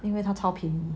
因为他超便宜